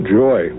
joy